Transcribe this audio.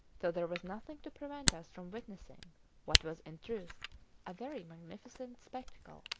so there was nothing to prevent us from witnessing what was in truth a very magnificent spectacle.